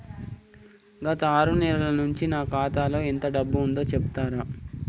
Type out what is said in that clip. గత ఆరు నెలల నుంచి నా ఖాతా లో ఎంత డబ్బు ఉందో చెప్తరా?